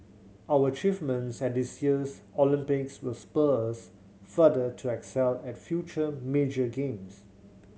our achievements at this year's Olympics will spur us further to excel at future major games